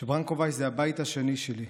"ברנקו וייס זה הבית השני שלי,